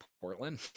Portland